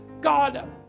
god